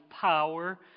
power